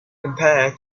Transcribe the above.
compare